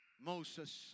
Moses